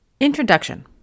Introduction